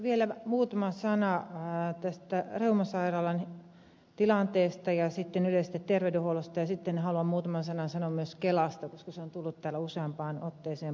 vielä muutama sana tästä reumasairaalan tilanteesta ja sitten yleisestä terveydenhuollosta ja sitten haluan muutaman sanan sanoa myös kelasta koska se on tullut täällä useampaan otteeseen puheeksi